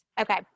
Okay